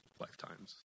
lifetimes